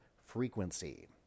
frequency